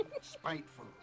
Spiteful